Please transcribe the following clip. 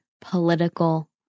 political